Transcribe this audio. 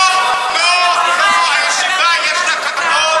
לא, לא, לא, הישיבה, יש לה כבוד.